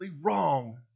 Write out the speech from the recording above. wrong